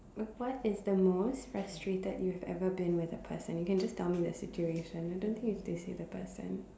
what is the most frustrated you've ever been with a person you can just tell me the situation I don't think you have to say the person